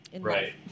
Right